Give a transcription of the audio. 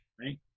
right